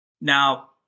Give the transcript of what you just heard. Now